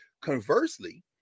Conversely